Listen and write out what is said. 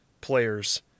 players